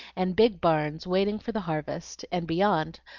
and big barns waiting for the harvest and beyond,